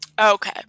Okay